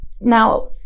Now